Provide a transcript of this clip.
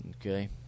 Okay